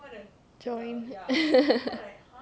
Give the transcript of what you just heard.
join